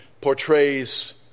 portrays